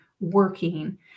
working